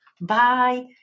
Bye